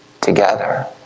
together